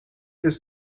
his